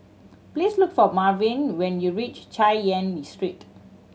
please look for Marvin when you reach Chay Yan Street